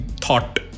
thought